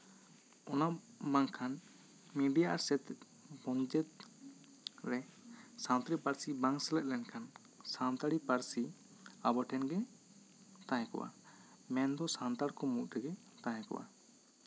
ᱚᱱᱟ ᱵᱟᱝᱠᱷᱟᱱ ᱢᱤᱰᱤᱭᱟ ᱥᱮᱪᱮᱫ ᱵᱚᱱᱫᱮᱡᱽ ᱨᱮ ᱥᱟᱱᱛᱟᱲᱤ ᱯᱟᱹᱨᱥᱤ ᱵᱟᱝ ᱥᱮᱞᱮᱫ ᱞᱮᱱᱠᱷᱟᱱ ᱥᱟᱱᱛᱟᱲᱤ ᱯᱟᱹᱨᱥᱤ ᱟᱵᱚ ᱴᱷᱮᱱ ᱜᱮ ᱛᱟᱦᱮᱸ ᱠᱚᱜᱼᱟ ᱢᱮᱱ ᱫᱚ ᱥᱟᱱᱛᱟᱲ ᱠᱚ ᱢᱩᱫᱽ ᱨᱮᱜᱮ ᱛᱟᱦᱮᱸ ᱠᱚᱜᱼᱟ